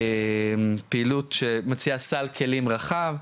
פעילות שמציעה סל כלים רחב,